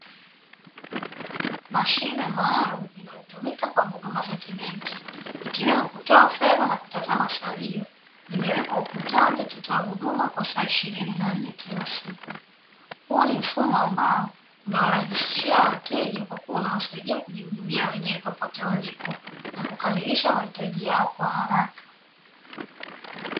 Mashine maalumu inayotumika kwa huduma za kibenki, ikiwemo; kutoa fedha na kutazama salio, imewekwa ukutani ikitoa huduma kwa saa ishirini na nne kila siku. Huu ni mfumo ambao unawarahisishia wateja kwa kuwa unawasaidia kujihudumia wenyewe popote walipo na kukamilisha mahitaji yao kwa haraka.